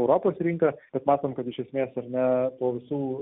europos rinka kad matom kad iš esmės ar ne po visų